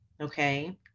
Okay